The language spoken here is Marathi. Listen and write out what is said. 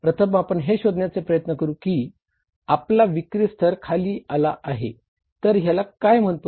प्रथम आपण हे शोधण्याचा प्रयत्न करू की आपला विक्री स्तर खाली आला आहे तर ह्याला काय म्हणतो